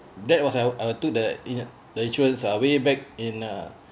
that was I I took the in~ the insurance uh way back in uh